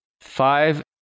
Five